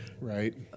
Right